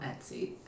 Etsy